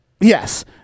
Yes